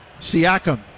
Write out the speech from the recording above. Siakam